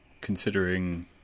considering